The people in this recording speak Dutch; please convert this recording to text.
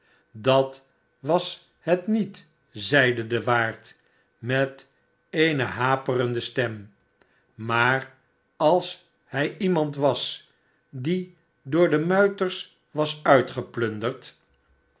dat was het met zeide de waard met eene haperende stem maar als hij lemand was die door de muiters was